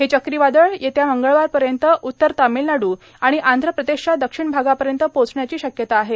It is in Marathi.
हे चक्रीवादळ येत्या मंगळवारपर्यंत उत्तर तामिळनाडू आणि आंध प्रदेशच्या दक्षिण भागापर्यंत पोचण्याची शक्यता आहे